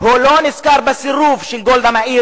הוא לא נזכר בסירוב של גולדה מאיר